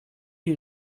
you